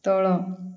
ତଳ